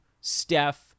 Steph